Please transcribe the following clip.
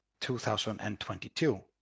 2022